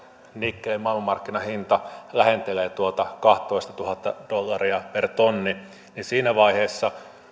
nikkelin maailmanmarkkinahinta lähentelee tuota kahtatoistatuhatta dollaria per tonni niin siinä vaiheessa